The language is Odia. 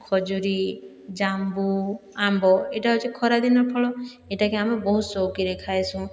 ଖଜୁରୀ ଜାମ୍ବୁ ଆମ୍ବ ଏହିଟା ହେଉଛେ ଖରା ଦିନେ ଫଳ ଏହିଟାକି ଆମେ ବହୁତ ଶୋଉକିରେ ଖାଇସୁଁ